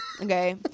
okay